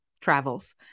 travels